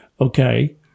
okay